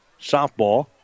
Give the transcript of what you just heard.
softball